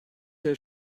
der